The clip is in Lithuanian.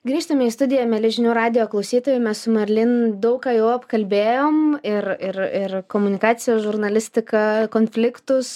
grįžtame į studiją mieli žinių radijo klausytojai mes su marlin daug ką jau apkalbėjom ir ir ir komunikaciją žurnalistiką konfliktus